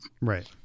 Right